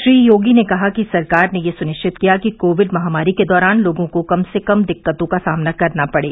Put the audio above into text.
श्री योगी ने कहा कि सरकार ने यह सुनिश्चित किया कि कोविड महामारी के दौरान लोगों को कम से कम दिक्कतों का सामना करना पड़े